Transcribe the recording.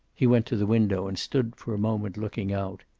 he went to the window and stood for a moment looking out.